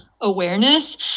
awareness